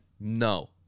no